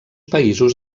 països